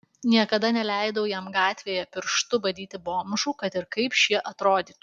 niekada neleidau jam gatvėje pirštu badyti bomžų kad ir kaip šie atrodytų